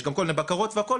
יש גם כל מיני בקרות והכל,